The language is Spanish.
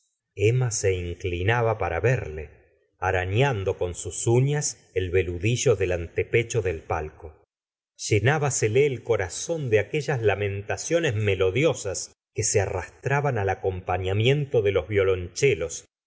emma se inclinaba pa ra verle arañando con sus ui'ías el veludillo del antepecho del palco llenábaseleelcorazónde aquellas lamentaciones melodiosas que se arrastraban al acompafíamiento de los violoncellos